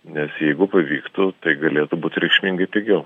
nes jeigu pavyktų tai galėtų būti reikšmingai pigiau